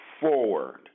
forward